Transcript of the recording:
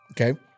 Okay